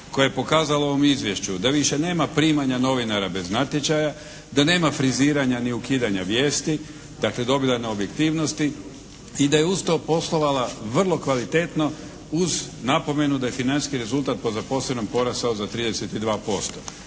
koja je pokazala u ovom izvješću da više nema primanja novinara bez natječaja, da nema friziranja ni ukidanja vijesti, dakle dobila je na objektivnosti i da je uz to poslovala vrlo kvalitetno uz napomenu da je financijski rezultat po zaposlenom porastao za 32%.